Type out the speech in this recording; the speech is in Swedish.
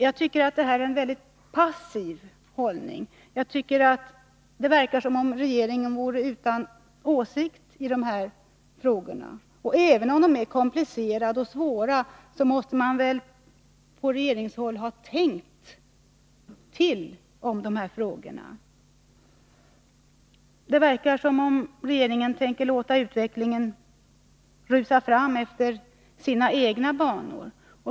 Jag tycker att detta är en väldigt passiv hållning. Det verkar som om regeringen vore utan åsikter i de här frågorna. Även om de är komplicerade och svåra måste man väl på regeringshåll ha tänkt över dem. Det verkar som om regeringen tänker låta utvecklingen rusa fram i sina egna banor.